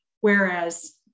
Whereas